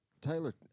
Taylor